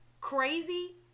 crazy